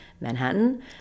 Manhattan